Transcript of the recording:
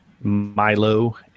Milo